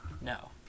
No